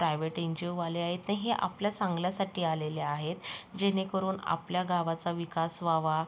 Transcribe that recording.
private N G ओवाले आहेत तर हे आपल्या चांगल्यासाठी आलेले आहेत जेणेकरून आपल्या गावाचा विकास व्हावा